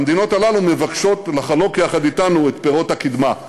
המדינות הללו מבקשות לחלוק יחד אתנו את פירות הקדמה,